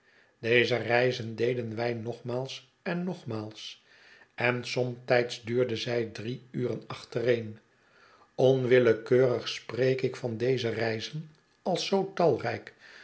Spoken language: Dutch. deze reizen deden wij nogmaals en nogmaals en somtijds duurden zij drie uren achtereen onwillekeurig spreek ik van deze reizen als zoo tairijk